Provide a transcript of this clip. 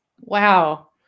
Wow